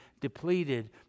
depleted